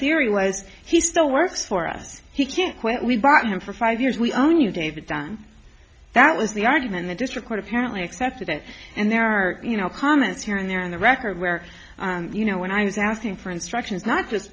theory was he still works for us he can't quit we bought him for five years we own you david dunn that was the argument that this record apparently accepted it and there are you know comments here and there on the record where you know when i was asking for instructions not just